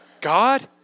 God